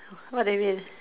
what do you mean